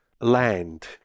land